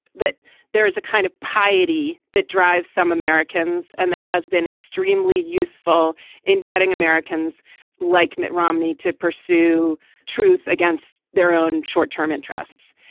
that there is a kind of piety that drives some americans and that has been extremely useful in getting americans like mitt romney to pursue truth against their own short term interests.